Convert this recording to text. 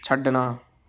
ਛੱਡਣਾ